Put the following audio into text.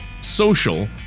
social